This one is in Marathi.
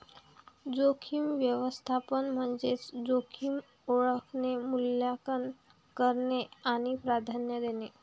जोखीम व्यवस्थापन म्हणजे जोखीम ओळखणे, मूल्यांकन करणे आणि प्राधान्य देणे